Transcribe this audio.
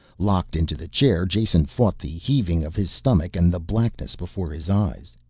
locked into the chair, jason fought the heaving of his stomach and the blackness before his eyes.